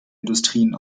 industrien